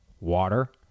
water